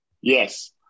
Yes